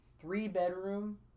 three-bedroom